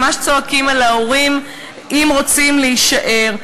ממש צועקים על ההורים אם הם רוצים להישאר,